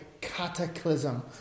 cataclysm